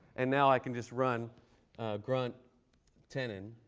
and now i can just run grunt tenon.